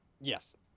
Yes